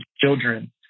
children